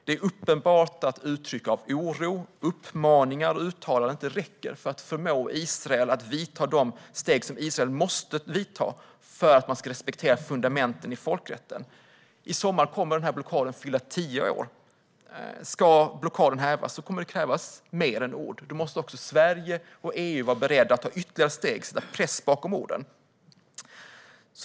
Det är uppenbart att uttryck av oro, uppmaningar och uttalanden inte räcker för att förmå Israel att ta de steg som Israel måste ta för att man ska respektera fundamenten i folkrätten. I sommar fyller denna blockad tio år. Ska blockaden hävas kommer det att krävas mer än ord. Då måste också Sverige och EU vara beredda att ta ytterligare steg och sätta press bakom orden.